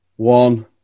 One